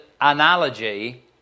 analogy